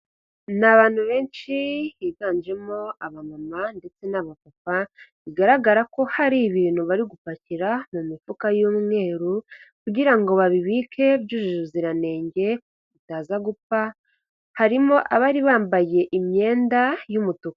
Ni abantu benshi higanjemo aba mama ndetse n'aba papa, bigaragara ko hari ibintu bari gupakira mu mifuka y'umweru kugira ngo babibike byujuje ubuziranenge bitaza gupfa. Harimo abari bambaye imyenda y'umutuku.